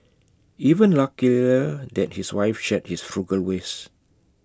even luckier that his wife shared his frugal ways